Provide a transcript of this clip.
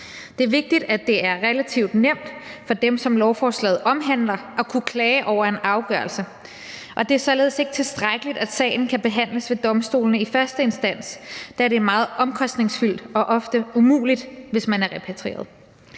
Det er vigtigt, at det er relativt nemt for dem, som lovforslaget omhandler, at kunne klage over en afgørelse. Og det er således ikke tilstrækkeligt, at sagen skal behandles for domstolene i første instans, da det er meget omkostningsfuldt og ofte umuligt, hvis man er repatrieret.